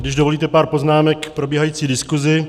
Když dovolíte, pár poznámek k probíhající diskuzi.